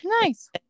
nice